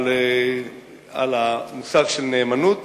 על המושג של נאמנות